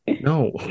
No